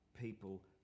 people